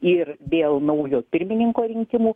ir dėl naujo pirmininko rinkimo